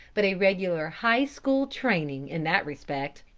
but a regular high school training in that respect.